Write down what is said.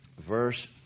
verse